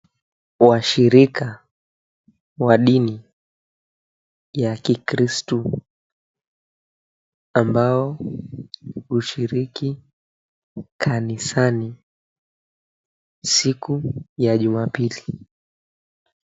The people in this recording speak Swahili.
Washirika wa dini ya kikristo ambao hushiriki kanisani siku ya Jumapili.